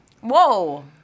Whoa